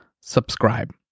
subscribe